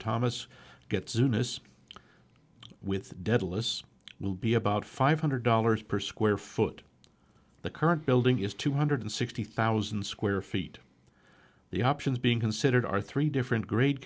thomas get soonest with daedalus will be about five hundred dollars per square foot the current building is two hundred sixty thousand square feet the options being considered are three different grade